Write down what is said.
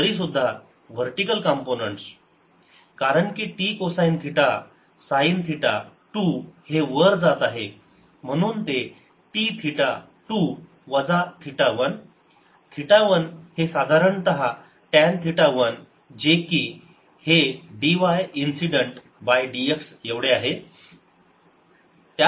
तरीसुद्धा vertical components कारण कि t cosine theta sine theta 2 हे वर जात आहे म्हणून ते t थिटा 2 वजा थिटा 1 थिटा 1 हे साधारणतः टॅन थिटा 1 जे की हे dy इन्सिडेंट बाय dx एवढे आहे